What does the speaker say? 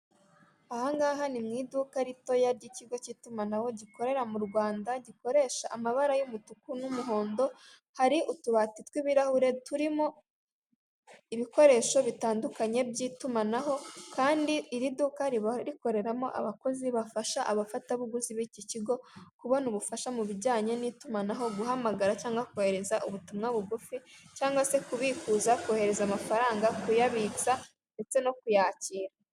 Aha ngaha ni mu iduka ritoya ry'ikigo cy'itumanaho gikorera mu Rwanda gikoresha amabara y'umutuku n'umuhondo, hari utubati tw'ibirahure turimo ibikoresho bitandukanye by'itumanaho kandi iri duka riba rikoreramo abakozi bafasha abafatabuguzi b'iki kigo kubona ubufasha mu bijyanye n'itumanaho guhamagara cyangwa kohereza ubutumwa bugufi cyangwa se kubikuza, kohereza amafaranga, kuyabitsa, ndetse no kuyakira.